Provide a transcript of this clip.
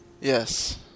Yes